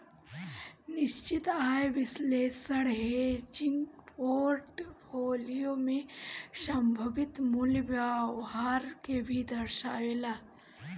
निश्चित आय विश्लेषण हेजिंग पोर्टफोलियो में संभावित मूल्य व्यवहार के भी दर्शावेला